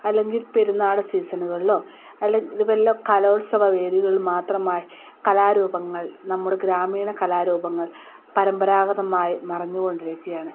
അല്ലെങ്കിൽ പെരുന്നാൾ സീസണുകളിലോ അല്ലെങ്കിൽ ഇതുപോലുള്ള കലോത്സവ വേദികളിൽ മാത്രമായി കലാരൂപങ്ങൾ നമ്മുടെ ഗ്രാമീണ കലാരൂപങ്ങൾ പരമ്പരാഗതമായി മറഞ്ഞുകൊണ്ടിരിക്കുകയാണ്